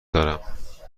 دارم